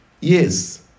Yes